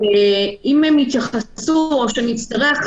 אם הם יתייחסו או שנצטרך,